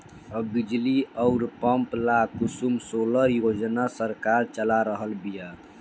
अब बिजली अउर पंप ला कुसुम सोलर योजना सरकार चला रहल बिया